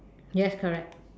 yes correct